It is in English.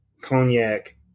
Cognac